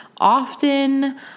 often